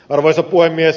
arvoisa puhemies